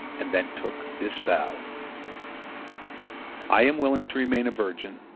and then took this vow i am willing to remain a virgin,